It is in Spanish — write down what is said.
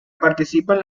participan